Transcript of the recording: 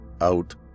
Out